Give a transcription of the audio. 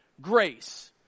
grace